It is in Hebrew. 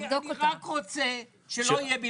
אני רק רוצה שזה לא יהיה,